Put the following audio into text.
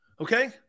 Okay